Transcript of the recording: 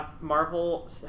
Marvel